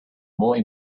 more